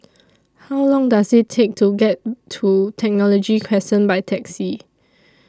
How Long Does IT Take to get to Technology Crescent By Taxi